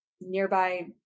nearby